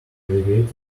navigated